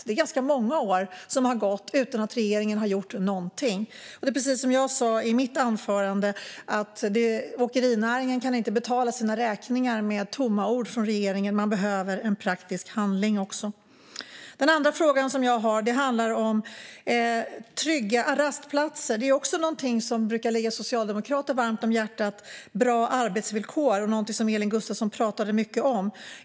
Det är ganska många år som har gått utan att regeringen har gjort någonting. Precis som jag sa i mitt anförande kan åkerinäringen inte betala sina räkningar med tomma ord från regeringen. Man behöver handling också. Den andra frågan jag vill ta upp handlar om trygga rastplatser. Bra arbetsvillkor brukar ligga socialdemokrater varmt om hjärtat, och det är någonting som Elin Gustafsson pratade mycket om.